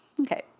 Okay